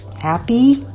Happy